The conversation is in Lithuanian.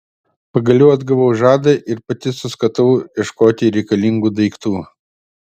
pagaliau atgavau žadą ir pati suskatau ieškoti reikalingų daiktų